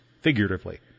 figuratively